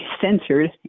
censored